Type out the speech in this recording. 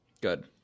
Good